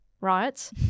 Right